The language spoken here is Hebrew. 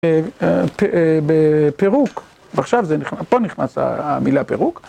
בפירוק, ופה נכנס המילה פירוק